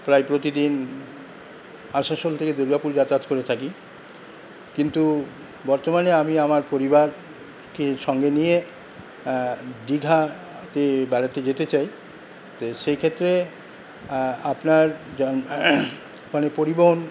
প্রায় প্রতিদিন আসানসোল থেকে দুর্গাপুর যাতায়াত করে থাকি কিন্তু বর্তমানে আমি আমার পরিবারকে সঙ্গে নিয়ে দিঘাতে বেড়াতে যেতে চাই তো সেইক্ষেত্রে আপনার মানে পরিবহন